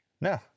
no